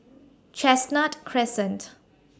Chestnut Crescent